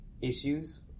issues